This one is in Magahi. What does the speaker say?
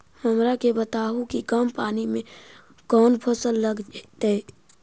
हमरा के बताहु कि कम पानी में कौन फसल लग जैतइ?